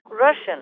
Russian